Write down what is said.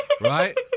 Right